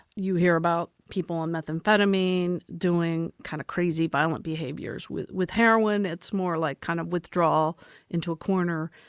you hear about people on methamphetamine doing kind of crazy, violent behaviors. with with heroin, it's more like kind of withdrawal into a corner.